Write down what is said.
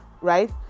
right